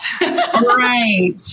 Right